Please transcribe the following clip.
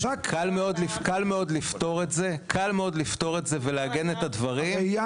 קל מאוד לפתור את זה ולעגן את הדברים.